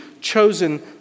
chosen